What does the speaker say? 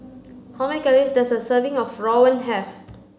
how many calories does a serving of Rawon have